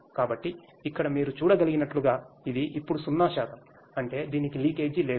కాబట్టి ఇక్కడ మీరు చూడగలిగినట్లుగా ఇది ఇప్పుడు సున్నా శాతం అంటే దీనికి లీకేజీ లేదు